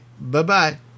Bye-bye